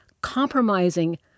compromising